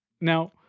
now